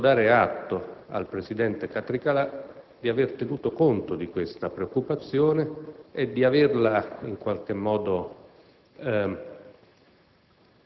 Devo dare atto al presidente Catricalà di aver tenuto conto di questa preoccupazione, di aver risposto ad